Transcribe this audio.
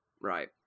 right